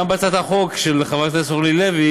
גם הצעת החוק של חברת הכנסת אורלי לוי